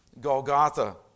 Golgotha